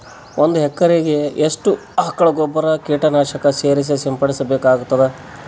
ಒಂದು ಎಕರೆಗೆ ಎಷ್ಟು ಆಕಳ ಗೊಬ್ಬರ ಕೀಟನಾಶಕ ಸೇರಿಸಿ ಸಿಂಪಡಸಬೇಕಾಗತದಾ?